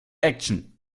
action